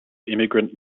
immigrant